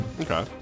okay